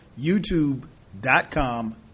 youtube.com